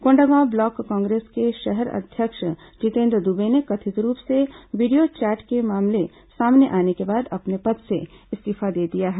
Kondagaon block Congress के शहर अध्यक्ष जितेन्द्र दुबे ने कथित रूप से वीडियो चैट के मामले सामने आने के बाद अपने पद से इस्तीफा दे दिया है